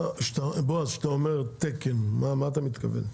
בועז, כשאתה אומר תקן למה אתה מתכוון?